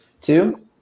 Two